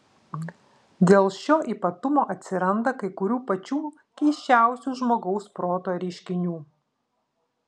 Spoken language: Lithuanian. dėl šio ypatumo atsiranda kai kurių pačių keisčiausių žmogaus proto reiškinių